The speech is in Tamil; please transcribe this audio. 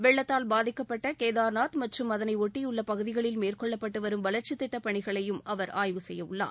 வெள்ளத்தால் பாதிக்கப்பட்ட கேதா்நாத் மற்றும் அதனை பகுதிகளில் மேற்கொள்ளப்பட்டு வரும் வளர்ச்சித் திட்டப் பணிகளையும் அவர் ஆய்வு செய்ய உள்ளார்